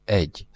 egy